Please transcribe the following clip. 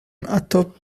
atop